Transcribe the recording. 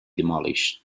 demolished